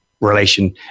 relation